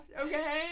okay